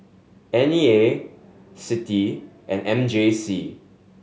N E A CITI and M J C